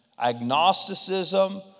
agnosticism